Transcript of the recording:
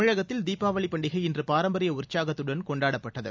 தமிழகத்தில் தீபாவளி பண்டிகை இன்று பாரம்பரிய உற்சாகத்துடன் கொண்டாடப்பட்டது